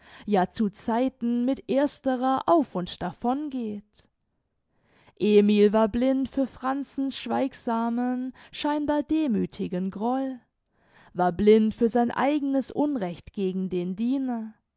ja zu zeiten mit ersterer auf und davon geht emil war blind für franzens schweigsamen scheinbar demüthigen groll war blind für sein eigenes unrecht gegen den diener